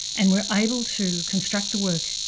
and we're able to construct the work,